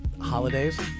Holidays